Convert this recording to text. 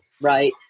right